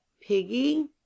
piggy